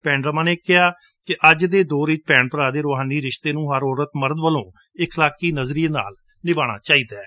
ਭੇਣ ਰਮਾ ਨੇ ਕਿਹਾ ਕਿ ਅੱਜ ਦੇ ਦੌਰ ਵਿਚ ਭੇਣ ਭਰਾ ਦੇ ਰੁਹਾਨੀ ਰਿਸ਼ਤੇ ਨੂੰ ਹਰ ਔਰਤ ਮਰਦ ਵੱਲੋਂ ਇਖਲਾਕੀ ਨਜਰਿਏ ਨਾਲ਼ ਨਿਭਾਣਾ ਚਾਹੀਦਾ ਹੈ